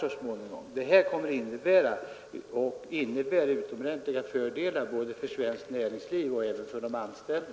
Jag tror att avtalet kommer att innebära utomordentliga fördelar för svenskt näringsliv och även för de anställda.